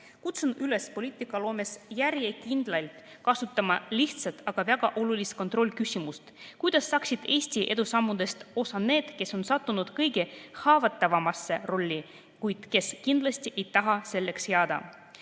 Kutsun üles poliitikaloomes järjekindlalt kasutama lihtsat, aga väga olulist kontrollküsimust. Kuidas saaksid Eesti edusammudest osa need, kes on sattunud kõige haavatavamasse rolli, kuid kes kindlasti ei taha sellesse